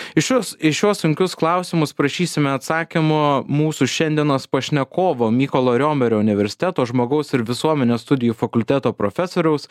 į šiuos į šiuos sunkius klausimus prašysime atsakymų mūsų šiandienos pašnekovo mykolo romerio universiteto žmogaus ir visuomenės studijų fakulteto profesoriaus